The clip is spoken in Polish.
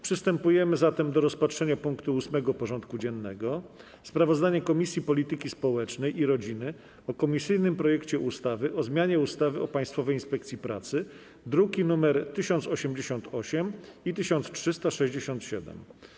Przystępujemy do rozpatrzenia punktu 8. porządku dziennego: Sprawozdanie Komisji Polityki Społecznej i Rodziny o komisyjnym projekcie ustawy o zmianie ustawy o Państwowej Inspekcji Pracy (druki nr 1088 i 1367)